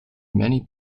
many